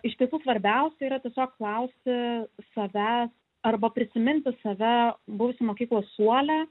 iš tiesų svarbiausia yra tiesiog klausti savęs arba prisiminti save buvusį mokyklos suole